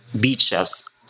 beaches